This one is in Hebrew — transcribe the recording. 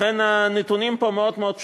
לכן הנתונים פה מאוד מאוד פשוטים,